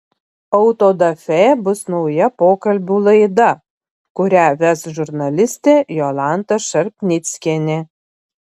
autodafė bus nauja pokalbių laida kurią ves žurnalistė jolanta šarpnickienė